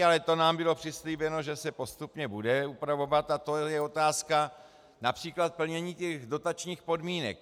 Ale to nám bylo přislíbeno, že se postupně bude upravovat, a to je otázka například plnění těch dotačních podmínek.